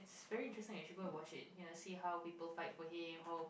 very interesting you should go and watch it you'll see how people fight for him hope